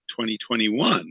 2021